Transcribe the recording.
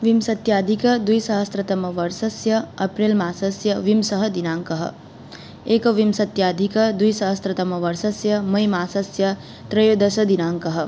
विंशत्यधिकद्विसहस्रतमवर्षस्य अप्रिल्मासस्य विंशः दिनाङ्कः एकविंशत्यधिकद्विसहस्रतमवर्षस्य मैमासस्य त्रयोदशदिनाङ्कः